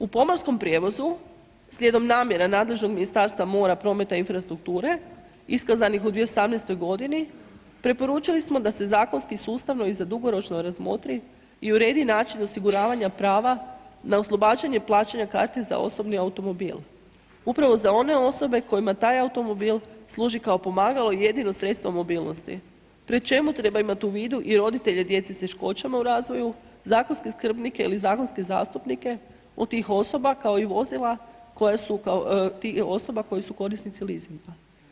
U pomorskom prijevozu slijedom namjera nadležnog Ministarstva mora, prometa i infrastrukture, iskazanih u 2018. g. preporučili smo da se zakonski sustavno i za dugoročno razmotri i uredi način osiguravanja prava na oslobađanje plaćanja karti za osobni automobil upravo za one osobe kojima taj automobil služi kao pomagalo i jedno sredstvo mobilnosti pri čemu treba imati u vidu i roditelje djece s teškoćama u razvoju, zakonske skrbnike ili zakonske zastupnike od tih osoba koje su korisnici leasinga.